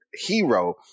hero